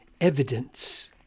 evidence